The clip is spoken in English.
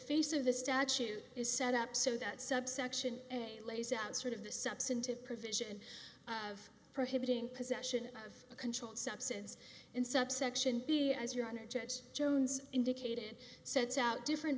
face of the statute is set up so that subsection a lays out sort of the substantive provision of prohibiting possession of a controlled substance in subsection b as your honor judge jones indicated sets out different